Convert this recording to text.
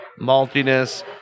maltiness